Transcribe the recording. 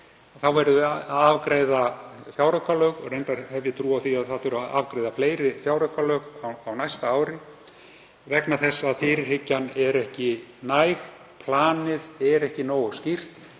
við verðum hér að afgreiða fjáraukalög. Reyndar hef ég trú á því að það þurfi að afgreiða fleiri fjáraukalög á næsta ári vegna þess að fyrirhyggjan er ekki næg, planið er ekki nógu skýrt.